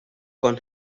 con